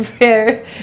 rare